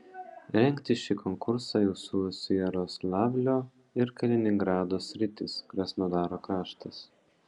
rengti šį konkursą jau siūlosi jaroslavlio ir kaliningrado sritys krasnodaro kraštas